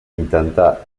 intentar